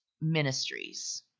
Ministries